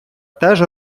теж